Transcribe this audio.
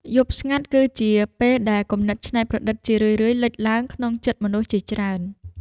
យប់ស្ងាត់គឺជាពេលដែលគំនិតច្នៃប្រឌិតជារឿយៗលេចឡើងក្នុងចិត្តមនុស្សជាច្រើន។